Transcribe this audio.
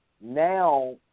now